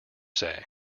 say